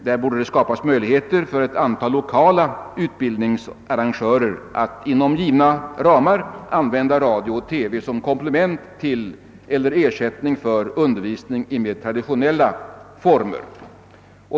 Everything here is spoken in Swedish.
Där borde det skapas möjligheter för ett antal lokala utbildningsarrangörer att inom givna ramar använda radio och TV som komplement till eller ersättning för undervisning i mer traditionella former.